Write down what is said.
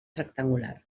rectangular